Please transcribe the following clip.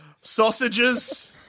Sausages